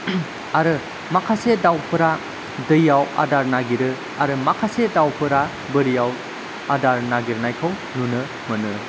आरो माखासे दाउफोरा दैयाव आदार नागिरो आरो माखासे दाउफोरा बोरियाव आदार नागिरनायखौ नुनो मोनो